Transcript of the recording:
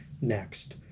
next